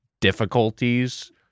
difficulties